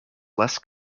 less